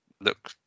look